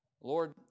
Lord